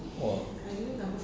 !whoa!